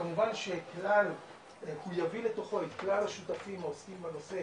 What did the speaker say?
כמובן שהוא יביא לתוכו את כלל השותפים העוסקים בנושא,